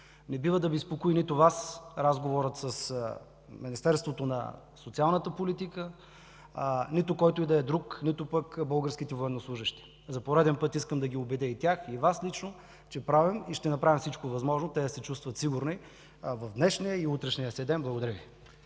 Не бива да безпокои нито Вас разговорът с Министерството на социалната политика, нито когото и да било друг, нито когото и да било от българските военнослужещи. За пореден път искам да уверя и тях, и Вас лично, че правим и ще направим всичко възможно те да се чувстват сигурни в днешния и в утрешния си ден. Благодаря Ви.